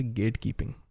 gatekeeping